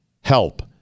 help